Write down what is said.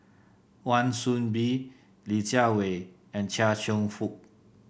Wan Soon Bee Li Jiawei and Chia Cheong Fook